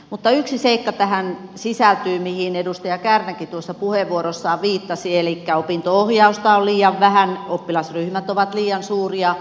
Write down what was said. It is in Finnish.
mutta yksi seikka tähän sisältyy mihin edustaja kärnäkin puheenvuorossaan viittasi elikkä opinto ohjausta on liian vähän oppilasryhmät ovat liian suuria